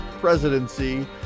presidency